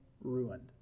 ruined